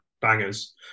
bangers